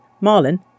Marlin